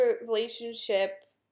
relationship